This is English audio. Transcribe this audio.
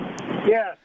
Yes